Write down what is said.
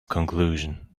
conclusion